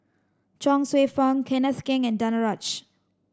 Chuang Hsueh Fang Kenneth Keng and Danaraj